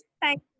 Thank